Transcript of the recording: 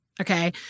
Okay